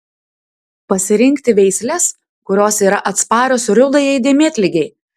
pasirinkti veisles kurios yra atsparios rudajai dėmėtligei